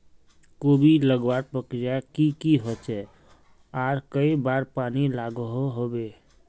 कोबी लगवार प्रक्रिया की की होचे आर कई बार पानी लागोहो होबे?